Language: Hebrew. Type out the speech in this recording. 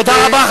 תודה רבה.